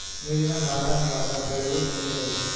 ನೇರಿನ ಗಾರ್ಡನ್ ದಾಗ ಬೆಳಿಯು ಸಸ್ಯಗಳು